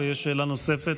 יש שאלה נוספת,